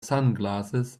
sunglasses